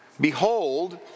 Behold